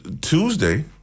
Tuesday